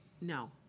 No